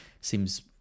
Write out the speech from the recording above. Seems